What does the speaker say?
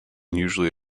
usually